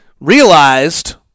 realized